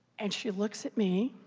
and she looks at me